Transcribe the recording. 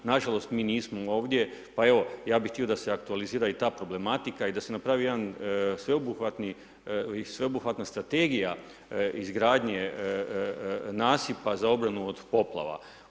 Nažalost, mi nismo ovdje, pa evo ja bih htio da se aktualizira i ta problematika i da se napravi jedan sveobuhvatni, sveobuhvatna strategija izgradnje nasipa za obranu od poplava.